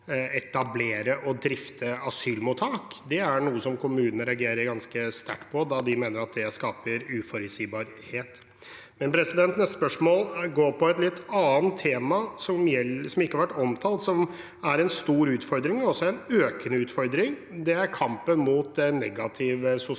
etablere og drifte asylmottak. Det er noe kommunene reagerer ganske sterkt på, da de mener at det skaper uforutsigbarhet. Neste spørsmål går på et litt annet tema, som ikke har vært omtalt, men som er en stor og også økende utfordring. Det er kampen mot negativ sosial